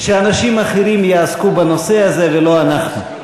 שאנשים אחרים יעסקו בנושא הזה ולא אנחנו.